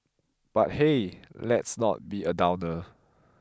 but hey let's not be a downer